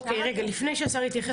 אוקיי, רגע, לפני שהשר יתייחס.